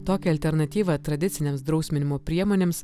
tokią alternatyvą tradicinėms drausminimo priemonėms